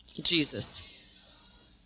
Jesus